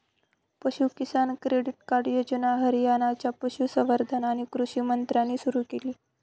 पशु किसान credit card योजना हरियाणाच्या पशुसंवर्धन आणि कृषी मंत्र्यांनी सुरू केली